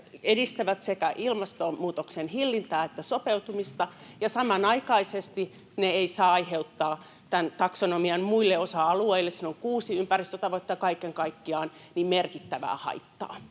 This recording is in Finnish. edistävät sekä ilmastonmuutoksen hillintää että siihen sopeutumista, ja samanaikaisesti ne eivät saa aiheuttaa tämän taksonomian muille osa-alueille — siinä on